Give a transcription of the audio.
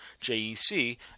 JEC